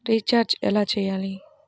Recharge ఎలా చెయ్యాలి?